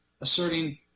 asserting